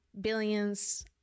billions